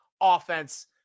offense